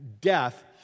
death